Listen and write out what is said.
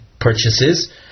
purchases